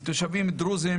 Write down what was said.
אנחנו תושבים דרוזים,